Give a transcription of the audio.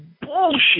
bullshit